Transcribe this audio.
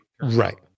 Right